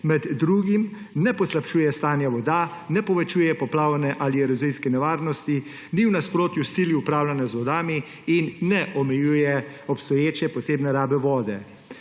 med drugim ne poslabšuje stanja voda, ne povečuje poplavne ali erozijske nevarnosti, ni v nasprotju s cilji upravljanja z vodami in ne omejuje obstoječe posebne rabe vode.